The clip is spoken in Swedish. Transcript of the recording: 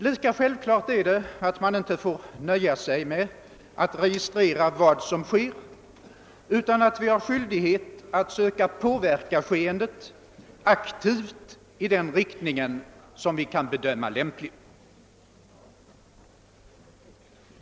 Lika självklart är det, att vi inte får nöja oss med att registrera vad som sker utan att vi har skyldighet att söka påverka skeendet aktivt i den riktning vi bedömer lämplig.